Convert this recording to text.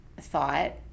thought